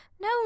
no